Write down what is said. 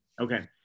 Okay